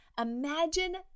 Imagine